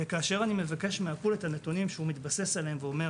וכאשר אני מבקש מהפול את הנתונים שהוא מתבסס עליהם והוא אומר